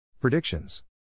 Predictions